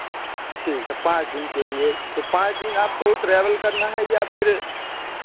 ठीक है पाँच दिन के लिए तो पाँच दिन आपको ट्रैवल करना है या फिर